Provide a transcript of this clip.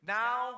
now